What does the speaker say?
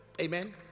Amen